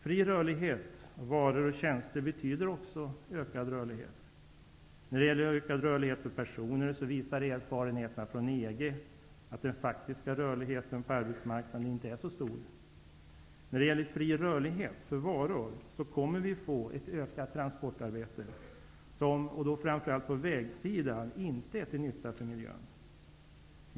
Fri rörlighet av varor och tjänster betyder också ökad rörlighet. När det gäller ökad rörlighet för personer visar erfarenheterna från EG att den faktiska rörligheten på arbetsmarknaden inte är så stor. När det gäller fri rörlighet för varor så kommer vi att få ett ökat transportarbete som, framför allt på vägsidan, inte är till nytta för miljön.